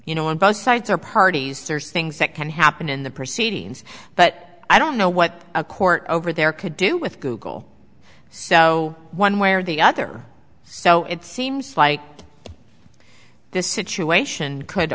you know on both sides or parties things that can happen in the proceedings but i don't know what a court over there could do with google so one way or the other so it seems like this situation could